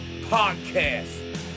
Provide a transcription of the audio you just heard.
podcast